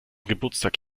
geburtstag